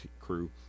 crew